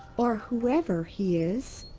or whoever he is.